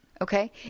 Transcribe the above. okay